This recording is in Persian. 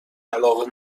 علاقه